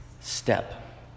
step